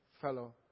fellow